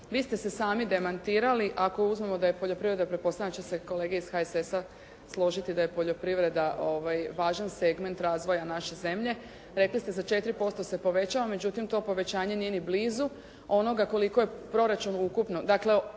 Vi ste se sami demantirali ako uzmemo da je poljoprivreda, pretpostavljam da će se kolege iz HSS-a složiti da je poljoprivreda važan segment razvoja naše zemlje. Rekli ste za 4% se povećao, međutim to povećanje ni je ni blizu onoga koliko je proračun ukupno.